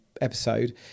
episode